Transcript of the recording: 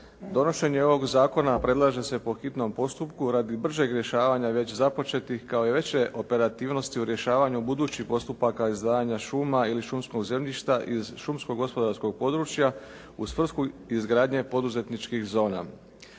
Donošenje ovog zakona predlaže se po hitnom postupku radi bržeg rješavanja već započetih, kao i veće operativnosti u rješavanju budućih postupaka izdvajanja šuma ili šumskog zemljišta iz šumskog gospodarskog područja u svrhu izgradnje poduzetničkih zona.